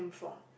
from